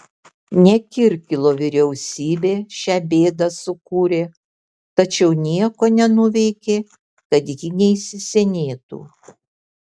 ne kirkilo vyriausybė šią bėdą sukūrė tačiau nieko nenuveikė kad ji neįsisenėtų